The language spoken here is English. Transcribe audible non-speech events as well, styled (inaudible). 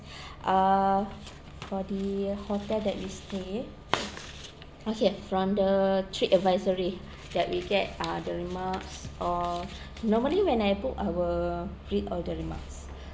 (breath) uh for the uh hotel that we stay oh here from the trip advisory that we get are the remarks or (breath) normally when I book I will read all the remarks